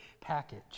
package